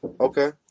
Okay